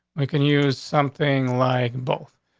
we can use something like both.